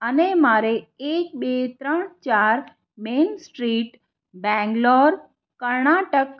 અને મારે એક બે ત્રણ ચાર મેન સ્ટ્રીટ બેંગ્લોર કર્ણાટક